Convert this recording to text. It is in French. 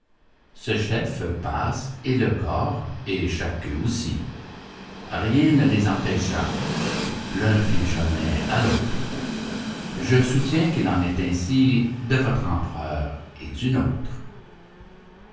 ce chef passe et le corps et chaque queue aussi rien ne les empêcha l'un fit chemin à l'autre je soutiens qu'il en est ainsi de votre empereur et du nôtre